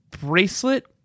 bracelet